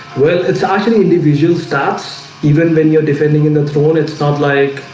well, it's actually individual starts. even when you're defending in the throne. it's not like